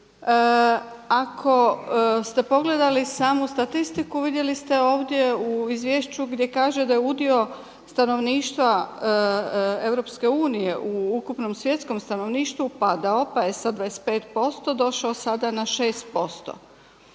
Ako ste pogledali samu statistiku vidjeli ste ovdje u izvješću gdje kaže da je udio stanovništva Europske unije u ukupnom svjetskom stanovništvu padao pa je sa 25% došao sada na 6%